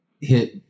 hit